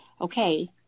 Okay